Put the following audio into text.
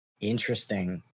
Interesting